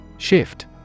Shift